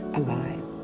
alive